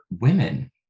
women